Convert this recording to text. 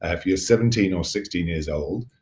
if you're seventeen or sixteen years old,